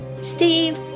Steve